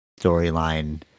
storyline